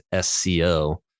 SCO